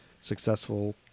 successful